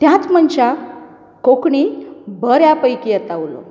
त्याच मनशाक कोंकणी बऱ्या पैकी येता उलोवंक